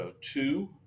two